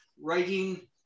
writing